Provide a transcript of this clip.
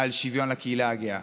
על שוויון לקהילה הגאה,